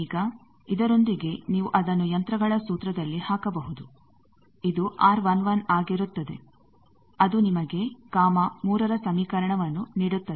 ಈಗ ಇದರೊಂದಿಗೆ ನೀವು ಅದನ್ನು ಯಂತ್ರಗಳ ಸೂತ್ರದಲ್ಲಿ ಹಾಕಬಹುದು ಇದು R11 ಆಗಿರುತ್ತದೆ ಅದು ನಿಮಗೆ ಗಾಮಾ 3ರ ಸಮೀಕರಣವನ್ನು ನೀಡುತ್ತದೆ